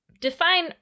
define